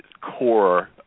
core